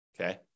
Okay